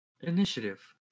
initiative